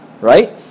right